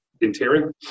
interior